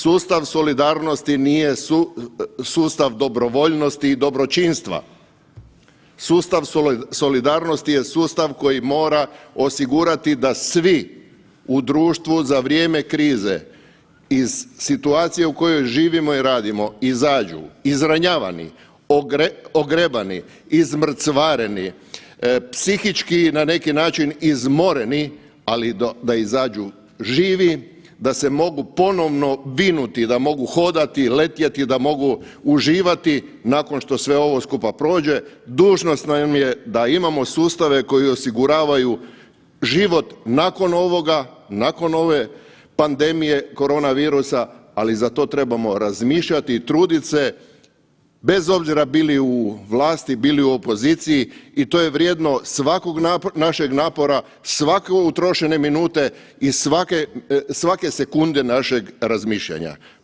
Sustav solidarnosti nije sustav dobrovoljnosti i dobročinstva, sustav solidarnosti je sustav koji mora osigurati da svi u društvu za vrijeme krize iz situacije u kojoj živimo i radimo izađu izranjavani, ogrebani, izmrcvareni, psihički na neki način izmoreni, ali da izađu živi da se mogu ponovno vinuti da mogu hodati, letjeti, da mogu uživati nakon što sve ovo skupa prođe dužnost nam je da imamo sustave koji osiguravaju život nakon ovoga, nakon ove pandemije korona virusa, ali za to trebamo razmišljati i trudit se bez obzira bili u vlasti, bili u opoziciji i to je vrijedno svakog našeg napora, svake utrošene minute i svake sekunde našeg razmišljanja.